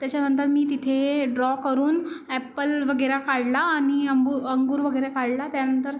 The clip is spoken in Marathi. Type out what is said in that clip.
त्याच्यानंतर मी तिथे ड्रॉ करून ॲपल वगैरे काढला आणि अंगूर वगैरे काढला त्यानंतर